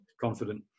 confident